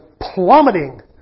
plummeting